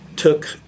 took